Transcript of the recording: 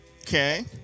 Okay